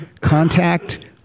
contact